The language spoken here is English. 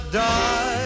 die